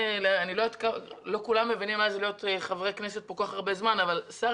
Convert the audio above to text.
לא כולם מבינים מה זה להיות חברי כנסת כל כך הרבה זמן אבל שר